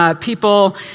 People